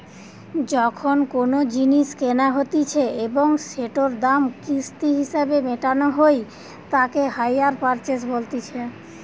যখন কোনো জিনিস কেনা হতিছে এবং সেটোর দাম কিস্তি হিসেবে মেটানো হই তাকে হাইয়ার পারচেস বলতিছে